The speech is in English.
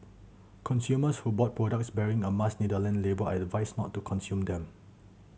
consumers who bought products bearing a Mars Netherland label are advised not to consume them